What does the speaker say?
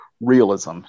realism